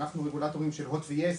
אנחנו רגולטורים של 'הוט' ו'יס'